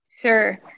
Sure